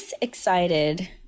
excited